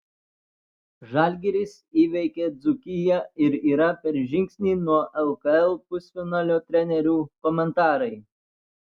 žalgiris įveikė dzūkiją ir yra per žingsnį nuo lkl pusfinalio trenerių komentarai